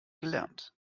gelernt